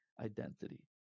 identity